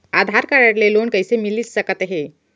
आधार card ले loan कइसे मिलिस सकत हे?